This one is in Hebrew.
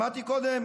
שמעתי קודם